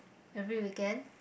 every weekend